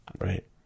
Right